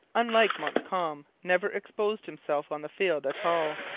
unlike montcalm, never exposed himself on the field at all.